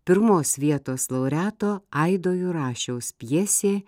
pirmos vietos laureato aido jurašiaus pjesė